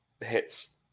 hits